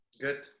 Good